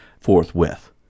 forthwith